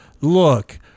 Look